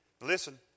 Listen